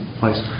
place